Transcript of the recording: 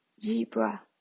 Zebra